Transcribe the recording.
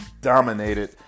dominated